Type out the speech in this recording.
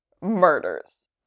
murders